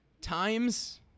Times